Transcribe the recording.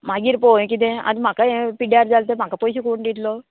मागीर पळोया किदें आतां म्हाका हें पिड्ड्यार जालें तें म्हाका पयशे कोण दितलो